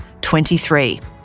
23